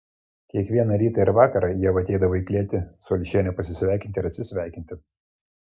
kiekvieną rytą ir vakarą ieva ateidavo į klėtį su alšiene pasisveikinti ir atsisveikinti